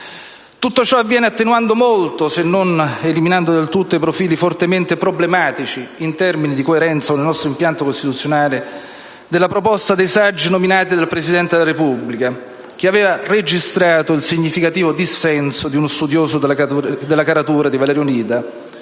Tutto ciò avviene attenuando molto, se non eliminando del tutto, i profili fortemente problematici in termini di coerenza con il nostro impianto costituzionale della proposta dei saggi nominati dal Presidente della Repubblica, che aveva registrato il significativo dissenso di uno studioso della caratura di Valerio Onida,